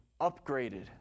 upgraded